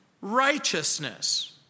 righteousness